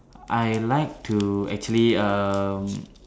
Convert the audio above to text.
I like to actually um